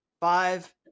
five